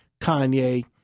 Kanye